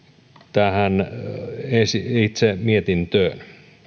tähän itse mietintöön